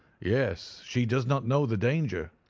yes. she does not know the danger,